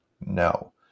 no